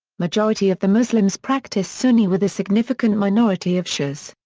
majority of the muslims practice sunni with a significant minority of shi'as.